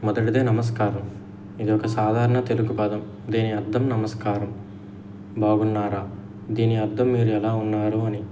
మొదటిది నమస్కారం ఇది ఒక సాధారణ తెలుగు పదం దీని అర్థం నమస్కారం బాగున్నారా దీని అర్థం మీరు ఎలా ఉన్నారు అని